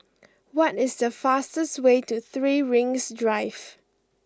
what is the fastest way to Three Rings Drive